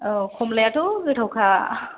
औ खमलायाथ' गोथावखा